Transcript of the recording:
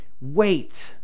wait